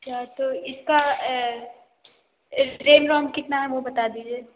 अच्छा तो इसका रेम रौम कितना है वो बता दीजिए